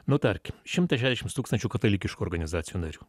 nu tarkim šimtas šešiasdešimts tūkstančių katalikiškų organizacijų narių